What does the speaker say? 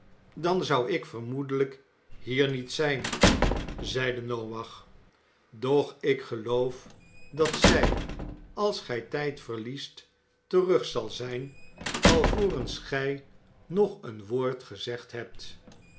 dan zou ik vermoedelijk hier niet zijn zeide noach doch ik geloof dat zij als gij tijd verliest terug zal zijn alvorens gij nog een woord gezegd hebt